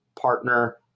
partner